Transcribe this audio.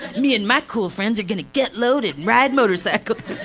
me and my cool friends are gunna get loaded and ride motorcycles,